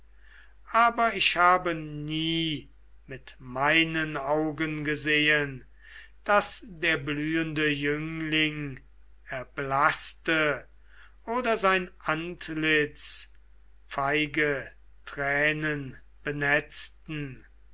aber ich habe nie mit meinen augen gesehen daß der blühende jüngling erblaßte oder sein antlitz feige tränen benetzten